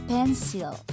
Pencil